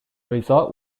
result